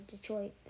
Detroit